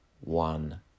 one